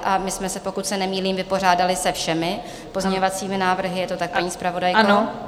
A my jsme se, pokud se nemýlím, vypořádali se všemi pozměňovacími návrhy, je to tak, paní zpravodajko?